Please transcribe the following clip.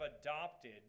adopted